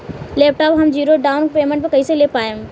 Laptop हम zero down payment पर कैसे ले पाएम?